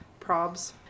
Probs